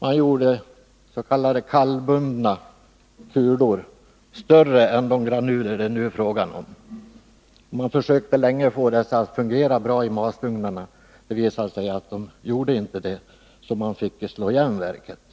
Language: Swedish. Man gjorde s.k. kallbundna kulor, större än de granuler det nu är fråga om. Man försökte länge få dessa att fungera bra i masugnarna, men det visade sig att de inte gjorde det, så man fick slå igen verket.